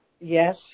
Yes